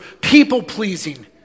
people-pleasing